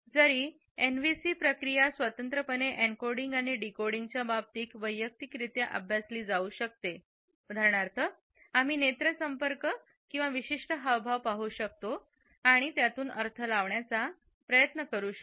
जरी एनव्हीसी प्रक्रिया स्वतंत्रपणे एन्कोडिंग आणि डिकोडिंगच्या बाबतीत वैयक्तिकरित्या अभ्यासल्या जाऊ शकतात उदाहरणार्थ आम्ही नेत्र संपर्क किंवा विशिष्ट हावभाव पाहू शकतो आणि त्यातून अर्थ काढण्याचा प्रयत्न करू शकतो